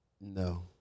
No